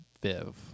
Viv